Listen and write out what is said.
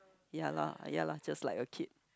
ya lah ya lah just like a kid